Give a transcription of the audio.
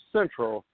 Central